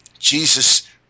Jesus